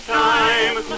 time